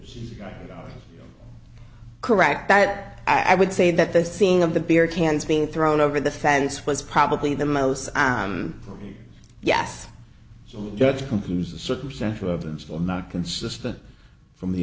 got correct that i would say that the scene of the beer cans being thrown over the fence was probably the most i'm yes so just to confuse the circumstantial evidence i'm not consistent from the